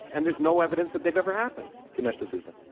and there's no evidence that they've ever happened. dinesh d'souza.